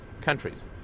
countries